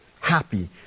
happy